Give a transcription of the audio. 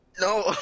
No